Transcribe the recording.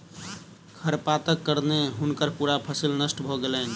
खरपातक कारणें हुनकर पूरा फसिल नष्ट भ गेलैन